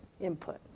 input